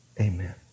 Amen